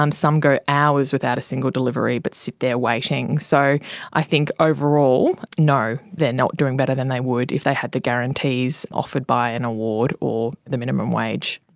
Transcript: um some go hours without a single delivery but sit there waiting. so i think overall, no, they're not doing better than they would if they had the guarantees offered by an award or the minimum wage.